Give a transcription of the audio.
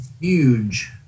huge